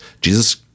Jesus